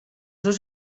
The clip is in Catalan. dos